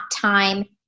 time